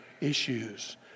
issues